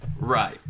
Right